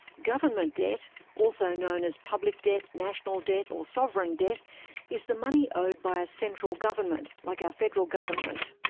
government debt also known as public debt, national debt or sovereign debt is the money owed by a central government, like our federal government,